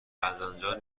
ازآنجا